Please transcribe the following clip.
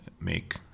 make